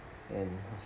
and